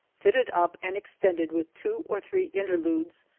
fitted up and extended with two or three interludes,